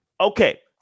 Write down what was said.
Okay